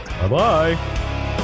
Bye-bye